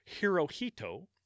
Hirohito